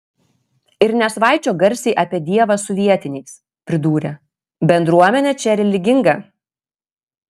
ir nesvaičiok garsiai apie dievą su vietiniais pridūrė bendruomenė čia religinga